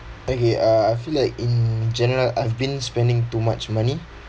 okay uh I feel like in general I've been spending too much money